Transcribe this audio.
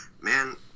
man